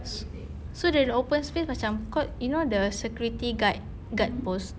s~ so the the open space macam kot you know the security guard guard post